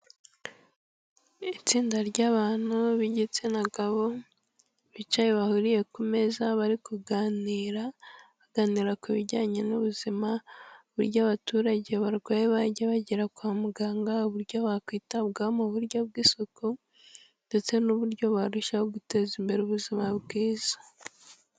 Itsinda ry'abantu b'igitsina gabo bicaye bahuriye ku meza bari kuganira, baganira ku bijyanye n'ubuzima, uburyo abaturage barwaye bajya bagera kwa muganga, uburyo bakwitabwaho mu buryo bw'isuku, ndetse n'uburyo barushaho guteza imbere ubuzima bwiza.